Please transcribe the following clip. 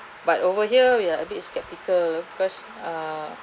but over here we are a bit skeptical because ah